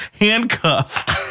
handcuffed